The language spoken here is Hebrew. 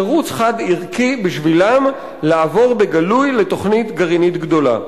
תירוץ חד-ערכי בשבילם לעבור בגלוי לתוכנית גרעינית גדולה.